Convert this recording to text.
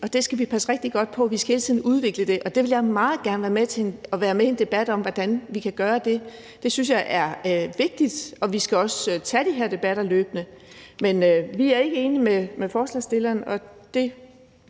og det skal vi passe rigtig godt på. Vi skal hele tiden udvikle det, og der vil jeg meget gerne være med i en debat om, hvordan vi kan gøre det. Det synes jeg er vigtigt. Og vi skal også tage de her debatter løbende. Men vi er ikke enige med forslagsstillerne, og det